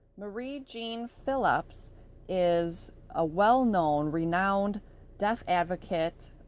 marie jean philip so is a well-known renowned deaf advocate,